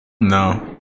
No